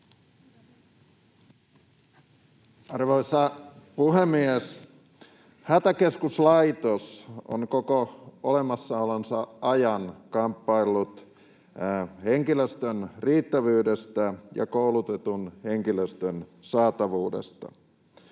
Arvoisa puhemies! Hätäkeskuslaitos on koko olemassaolonsa ajan kamppaillut henkilöstön riittävyydestä ja koulutetun henkilöstön saatavuudesta.